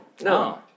No